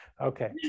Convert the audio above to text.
Okay